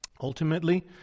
Ultimately